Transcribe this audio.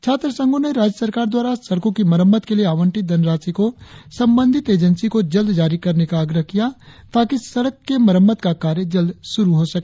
छात्र संघों ने राज्य सरकार द्वारा सड़कों की मरम्मत के लिए आवंटित धनराशि को संबंधित एजेंसी को जल्द जारी करने का आग्रह किया ताकि सड़क का मरम्मत का कार्य जल्द शुरु हो सके